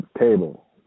table